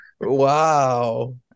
Wow